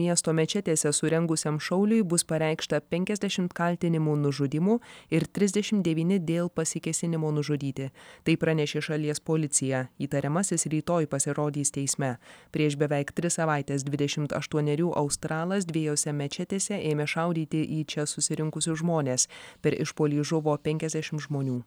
miesto mečetėse surengusiam šauliui bus pareikšta penkiasdešimt kaltinimų nužudymu ir trisdešim devyni dėl pasikėsinimo nužudyti tai pranešė šalies policija įtariamasis rytoj pasirodys teisme prieš beveik tris savaites dvidešimt aštuonerių australas dviejose mečetėse ėmė šaudyti į čia susirinkusius žmones per išpuolį žuvo penkiasdešimt žmonių